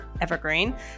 evergreen